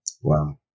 wow